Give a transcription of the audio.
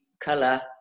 color